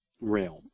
realm